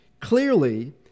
Clearly